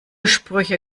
sprüche